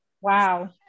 wow